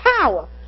power